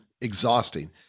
exhausting